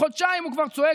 חודשיים הוא כבר צועק,